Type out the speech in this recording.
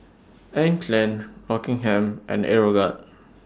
Anne Klein Rockingham and Aeroguard